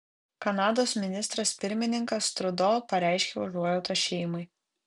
kanados ministras pirmininkas trudo pareiškė užuojautą šeimai